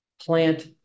plant